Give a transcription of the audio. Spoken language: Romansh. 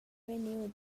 vegniu